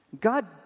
God